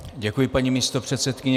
Děkuji, paní místopředsedkyně.